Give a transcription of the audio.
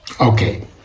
okay